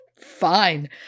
Fine